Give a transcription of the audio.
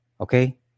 Okay